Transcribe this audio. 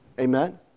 Amen